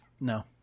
No